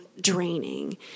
draining